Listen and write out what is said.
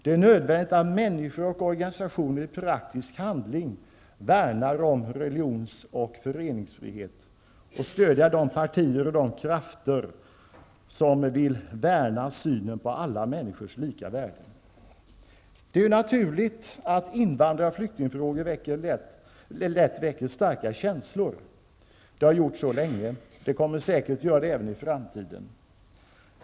Det är nödvändigt att människor och organisationer i praktisk handling värnar om religions och föreningsfrihet. Vi måste stödja de partier och krafter som vill värna synen på alla människors lika värde. Det är naturligt att invandrar och flyktingfrågor lätt väcker starka känslor. Det har de gjort länge, och de kommer säkert att göra det även i framtiden.